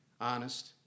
honest